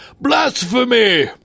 blasphemy